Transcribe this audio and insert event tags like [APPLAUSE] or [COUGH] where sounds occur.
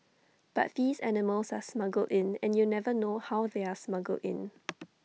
but these animals are smuggled in and you never know how they are smuggled in [NOISE]